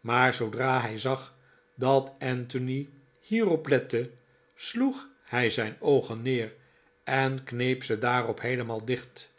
maar zoodra hij zag dat anthony hierop lette sloeg hij zijn oogen neer en kneep ze daarop heelemaal dicht